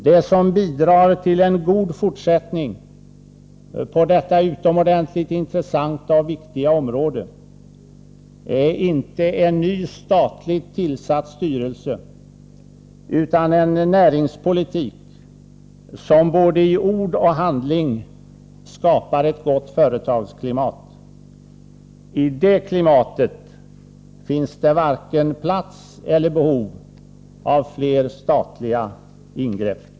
Det som bidrar till en god fortsättning på detta utomordentligt intressanta och viktiga område är inte en ny, statligt tillsatt styrelse utan en näringspolitik som både i ord och i handling skapar ett gott företagsklimat. I det klimatet finns det varken plats för eller behov av fler statliga ingrepp.